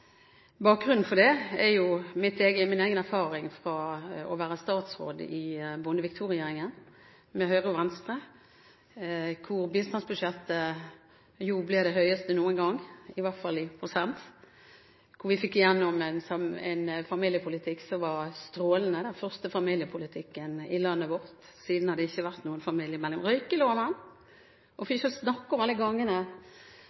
Bakgrunnen for det er min egen erfaring fra å være statsråd i Bondevik II-regjeringen, med Høyre og Venstre, hvor bistandsbudsjettet ble det høyeste noen gang, i hvert fall i prosent, og hvor vi fikk igjennom en familiepolitikk som var strålende – den første familiepolitikken i landet vårt, siden har det ikke vært noen familiemelding – og røykeloven, og